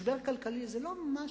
משבר כלכלי זה לא משהו